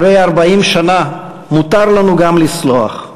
אחרי 40 שנה מותר לנו גם לסלוח,